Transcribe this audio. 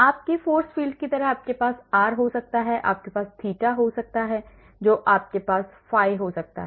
अपने force field की तरह आपके पास r हो सकता है आपके पास थीटा हो सकता है जो आपके पास phi हो सकता है